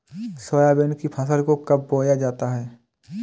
Soybean की फसल को कब बोया जाता है?